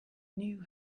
knew